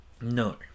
No